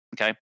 okay